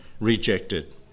rejected